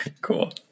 cool